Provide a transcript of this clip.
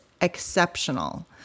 exceptional